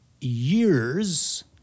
years